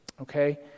Okay